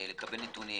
לקבל נתונים,